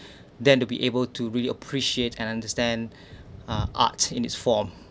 then to be able to really appreciate and understand uh art in its form